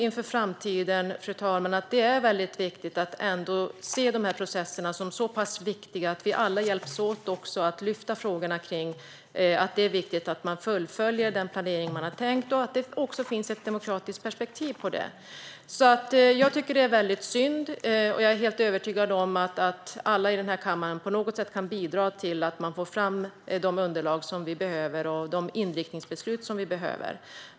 I framtiden är det viktigt att de här processerna ses som så viktiga att vi alla hjälps åt att lyfta fram vikten av att man fullföljer den planering som man har gjort. Det finns också ett demokratiskt perspektiv när det gäller det. Det är väldigt synd att vi inte kan debattera det som vi hade tänkt. Jag är övertygad om att alla i den här kammaren på något sätt kan bidra till att få fram de underlag och de inriktningsbeslut som behövs.